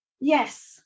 Yes